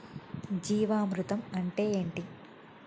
జీవామృతం అంటే ఏంటి?